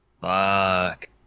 fuck